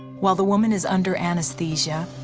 while the woman is under anesthesia,